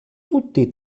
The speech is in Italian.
tutti